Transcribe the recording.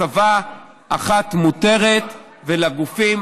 הסבה אחת מותרת, ולגופים